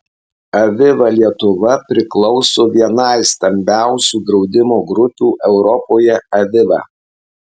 aviva lietuva priklauso vienai stambiausių draudimo grupių europoje aviva